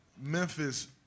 Memphis